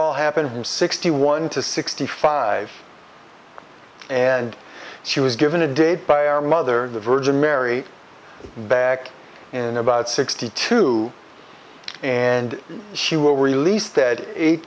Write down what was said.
all happened from sixty one to sixty five and she was given a date by our mother the virgin mary back in about sixty two and she will release stead eight